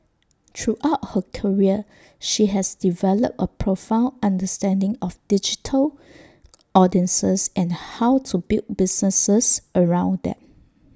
throughout her career she has developed A profound understanding of digital audiences and how to build businesses around them